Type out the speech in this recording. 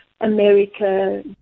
America